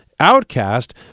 Outcast